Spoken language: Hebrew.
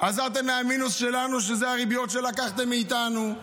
עזרתם מהמינוס שלנו, שזה הריביות שלקחתם מאיתנו,